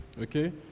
okay